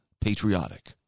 patriotic